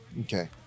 Okay